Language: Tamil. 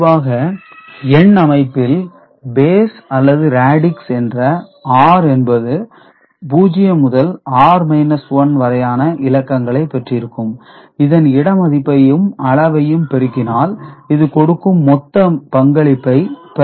முடிவாக எண் அமைப்பில் பேஸ் அல்லது ரேடிக்ஸ் என்ற r என்பது 0 முதல் r 1 வரையான இலக்கங்களை பெற்றிருக்கும் இதன் இடமதிப்பையும் அளவையும் பெருக்கினால் இது கொடுக்கும் மொத்த பங்களிப்பை பெறமுடியும்